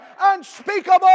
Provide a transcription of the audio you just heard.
unspeakable